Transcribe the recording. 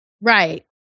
right